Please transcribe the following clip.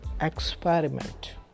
experiment